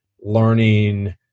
learning